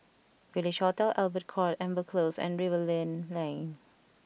Village Hotel Albert Court Amber Close and Rivervale Lane